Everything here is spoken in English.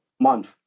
month